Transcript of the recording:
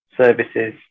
services